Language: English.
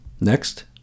Next